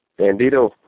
bandito